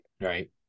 Right